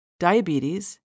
diabetes